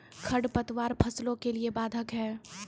खडपतवार फसलों के लिए बाधक हैं?